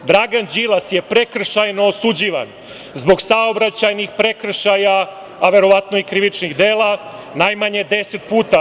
Dragan Đilas je prekršajno osuđivan zbog saobraćajnih prekršaja, a verovatno i krivičnih dela najmanje 10 puta.